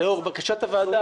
לאור בקשת הוועדה,